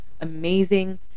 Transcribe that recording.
amazing